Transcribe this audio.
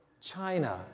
China